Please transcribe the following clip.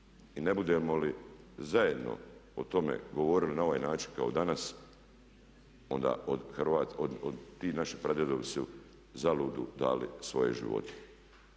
i ne budemo li zajedno o tome govorili na ovaj način kao danas onda ti naši pradjedovi su zaludu dali svoje živote.